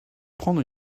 prendre